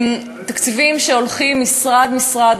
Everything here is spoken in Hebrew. תקציבים שהולכים משרד-משרד,